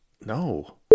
No